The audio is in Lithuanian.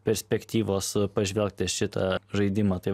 perspektyvos pažvelgti į šitą žaidimą tai